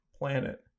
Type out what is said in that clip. Planet